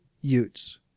utes